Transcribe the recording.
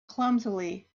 clumsily